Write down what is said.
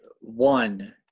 one